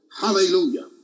Hallelujah